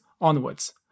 onwards